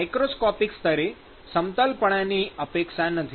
microscopic સ્તરે સમતલપણાની અપેક્ષા નથી